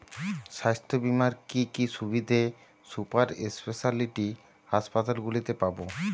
স্বাস্থ্য বীমার কি কি সুবিধে সুপার স্পেশালিটি হাসপাতালগুলিতে পাব?